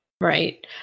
Right